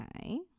Okay